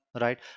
right